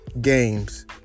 games